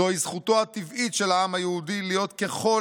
"זוהי זכותו הטבעית של העם היהודי להיות ככל